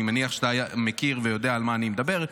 אני מניח שאתה יודע על מה אני מדבר,